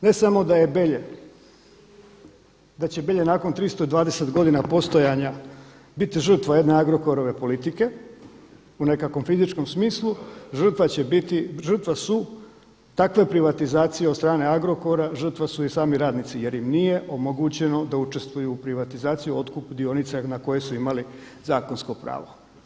Ne samo da je Belje, da će Belje nakon 320 godina postojanja biti žrtva jedne Agrokorove politike u nekakvom fizičkom smislu, žrtva će biti, žrtva su takve privatizacije od strane Agrokora, žrtva su i sami radnici, jer im nije omogućeno da učestvuju u privatizaciji, otkupu dionica na koje su imali zakonsko pravo.